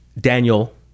Daniel